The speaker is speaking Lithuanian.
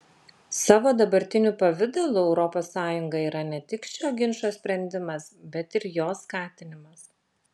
savo dabartiniu pavidalu europos sąjunga yra ne tik šio ginčo sprendimas bet ir jo skatinimas